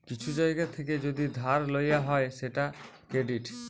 কিছু জায়গা থেকে যদি ধার লওয়া হয় সেটা ক্রেডিট